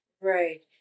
right